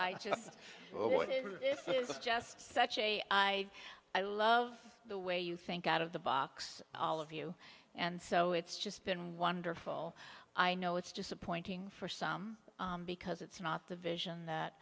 is just such a i i love the way you think out of the box all of you and so it's just been wonderful i know it's disappointing for some because it's not the vision that